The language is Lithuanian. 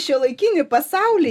šiuolaikinį pasaulį